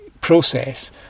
process